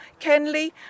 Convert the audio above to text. Kenley